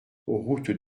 route